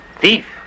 thief